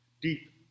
Deep